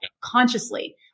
consciously